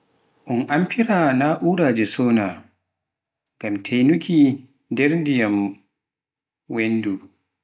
un amfira na'uraje sona, ngam teynnuki nder ndiyam weendu